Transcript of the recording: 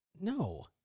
no